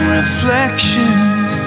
reflections